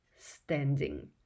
standing